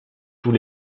tous